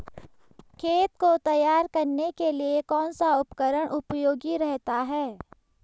खेत को तैयार करने के लिए कौन सा उपकरण उपयोगी रहता है?